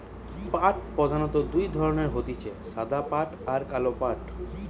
পাট প্রধানত দুই ধরণের হতিছে সাদা পাট আর কালো পাট